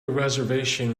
reservation